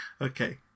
Okay